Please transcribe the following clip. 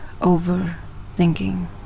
overthinking